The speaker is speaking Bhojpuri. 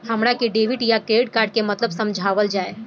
हमरा के डेबिट या क्रेडिट कार्ड के मतलब समझावल जाय?